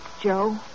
Joe